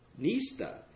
nista